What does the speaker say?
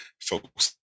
folks